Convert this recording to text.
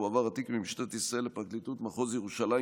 הועבר התיק ממשטרת ישראל לפרקליטות מחוז ירושלים,